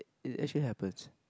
it actually happens